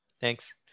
Thanks